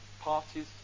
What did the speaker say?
parties